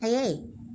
आयै